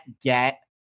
get